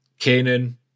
Kanan